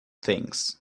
things